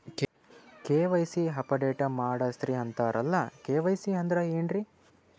KYC update ಮಾಡಸ್ರೀ ಅಂತರಲ್ಲ KYC ಅಂದ್ರ ಏನ್ರೀ?